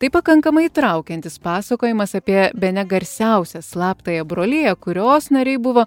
tai pakankamai įtraukiantis pasakojimas apie bene garsiausią slaptąją broliją kurios nariai buvo